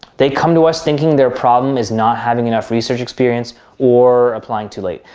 they come to us thinking their problem is not having enough research experience or applying too late.